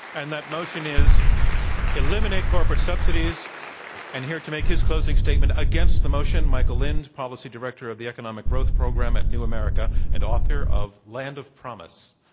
and that motion is eliminate corporate subsidie s and here to make his closing statement against the motion, michael lind, policy director of the economic growth program at new america and author of land of promise.